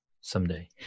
someday